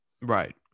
Right